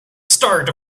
start